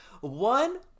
one